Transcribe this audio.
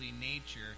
nature